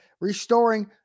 restoring